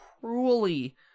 cruelly